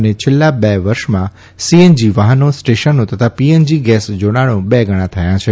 અને છેલ્લાં બે વર્ષમાં સીએનજી વાહનો સ્ટેશનો તથા પીએનજી ગેસ જાડાણો બે ગણા થયા છે